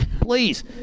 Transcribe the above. Please